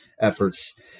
efforts